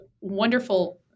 wonderful